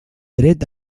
dret